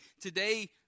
today